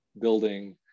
building